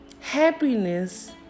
Happiness